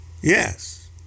Yes